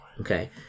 Okay